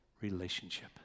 relationship